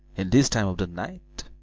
in this time of the night